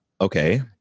okay